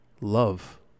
love